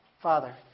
Father